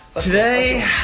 Today